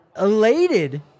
Elated